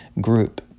group